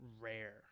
rare